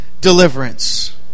deliverance